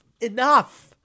Enough